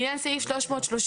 לעניין סעיף 330ו